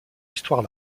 histoire